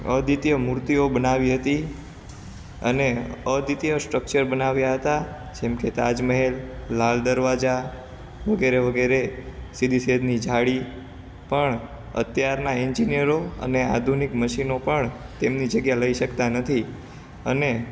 અદ્વિતીય મૂર્તિઓ બનાવી હતી અને અદ્વિતીય સ્ટ્રક્ચર બનાવ્યા હતા જેમ કે તાજમહેલ લાલ દરવાજા વગેરે વગેરે સીદીસૈયદની જાળી પણ અત્યારના એન્જીનિયરો અને આધુનિક મશીનો પણ તેમની જગ્યા લઈ શકતા નથી અને